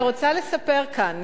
אני רוצה לספר כאן,